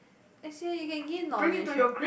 as in you can gain knowledge